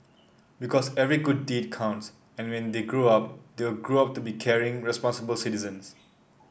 because every good deed counts and when they grow up they will grow up to be caring responsible citizens